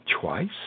twice